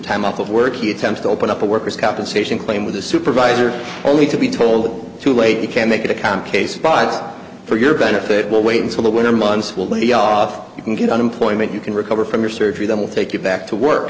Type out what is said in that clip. time off of work he attempts to open up a worker's compensation claim with a supervisor only to be told too late you can make it a comp a spider for your benefit will wait until the winter months will be off you can get unemployment you can recover from your surgery that will take you back to work